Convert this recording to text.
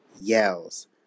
yells